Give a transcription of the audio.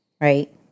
right